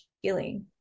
healing